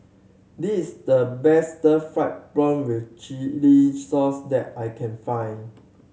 this the best fried prawn with chili sauce that I can find